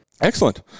Excellent